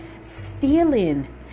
stealing